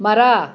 ಮರ